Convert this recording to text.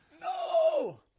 No